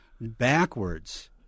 backwards